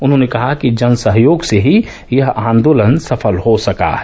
उन्होंने कहा कि जनसहयोग से ही यह आंदोलन सफल हो सका है